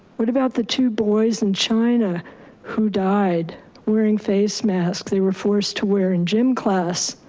what about the two boys in china who died wearing face masks? they were forced to wear in gym class.